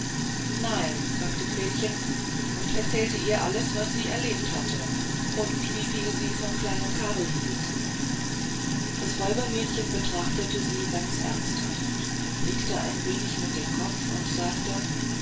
nein sagte gretchen und erzählte ihr alles was sie erlebt hatte und wieviel sie vom kleinen karl hielt das räubermädchen betrachtete sie ganz ernsthaft nickte ein wenig mit dem kopfe und sagte